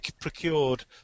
procured